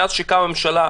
מאז שקמה הממשלה,